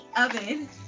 Oven